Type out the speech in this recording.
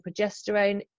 progesterone